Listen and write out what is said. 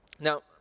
Now